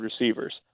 receivers